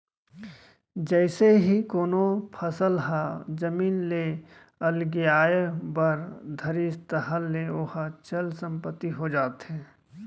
जइसे ही कोनो फसल ह जमीन ले अलगियाये बर धरिस ताहले ओहा चल संपत्ति हो जाथे